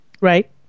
Right